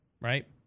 right